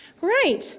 Right